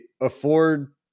afford